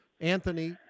Anthony